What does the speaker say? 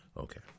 Okay